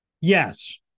Yes